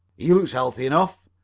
he looks healthy enough,